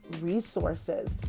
resources